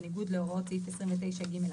בניגוד להוראות סעיף 29(ג)(1).